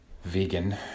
Vegan